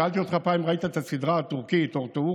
שאלתי אותך פעם אם ראית את הסדרה הטורקית "ארטואורול",